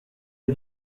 les